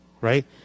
right